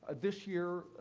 ah this year,